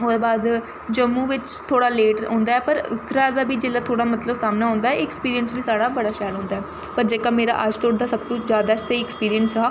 ओह्दे बाद जम्मू बिच्च थोह्ड़ा लेट होंदा ऐ पर उद्धरा दा बी जेल्लै थोह्ड़ा मतलब सामने औंदा ऐ एह् ऐक्सपिंरिंस बी साढ़ा बड़ा शैल होंदा ऐ पर जेह्का मेरा अज्ज धोड़ी दा सब तों जैदा स्हेई अक्सपिरिंस हा